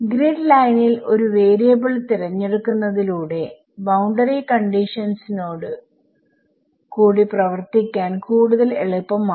grid ലൈനിൽ ഒരു variable തിരഞ്ഞെടുക്കുന്നതിലൂടെ ബൌണ്ടറി കണ്ടിഷൻസോട് കൂടി പ്രവൃത്തിക്കാൻ കൂടുതൽ എളുപ്പമാവും